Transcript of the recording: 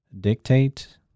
dictate